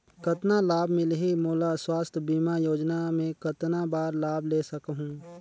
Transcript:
कतना लाभ मिलही मोला? स्वास्थ बीमा योजना मे कतना बार लाभ ले सकहूँ?